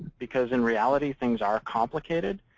because in reality, things are complicated.